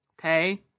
okay